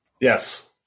yes